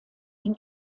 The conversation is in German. den